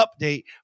Update